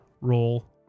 roll